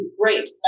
great